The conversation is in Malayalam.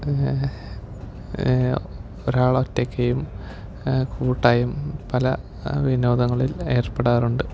ഒരാൾ ഒറ്റക്കും കൂട്ടായും പല വിനോദങ്ങളിൽ ഏർപ്പെടാറുണ്ട്